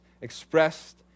expressed